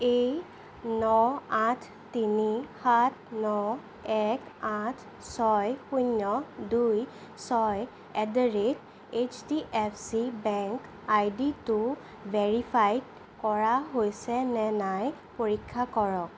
এই ন আঠ তিনি সাত ন এক আঠ ছয় শূন্য দুই ছয় at the rate H D F C bank I ডিটো ভেৰিফাই কৰা হৈছেনে নাই পৰীক্ষা কৰক